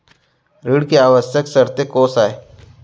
ऋण के आवश्यक शर्तें कोस आय?